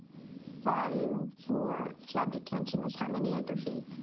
volume for flood detention is how many acre feet.